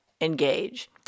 Engage